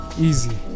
easy